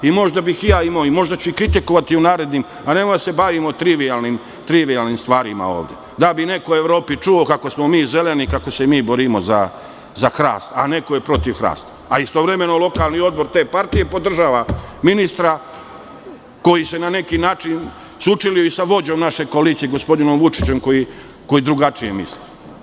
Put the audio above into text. Možda bih i ja imao i možda ću i kritikovati u narednim vremenima, ali nemojmo da se bavimo trivijalnim stvarima ovde, da bi neko u Evropi čuo kako smo mi zeleni i kako se mi borimo za hrast, a neko je protiv hrasta, a istovremeno lokalni odbor te partije podržava ministra koji se na neki način sučelio i sa vođom naše koalicije, gospodinom Vučićem, koji drugačije misli.